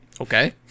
Okay